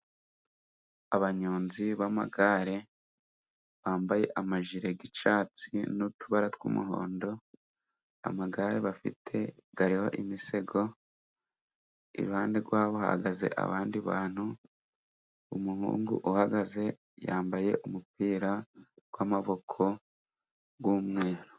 Abanyonzi b'amagare bambaye amajire y'icyatsi n'utubara tw'umuhondo, amagare bafite ariho imisego, iruhande rwabo hahagaze abandi bantu, umuhungu uhagaze yambaye umupira w'amaboko w'umweru.